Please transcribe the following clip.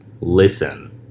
listen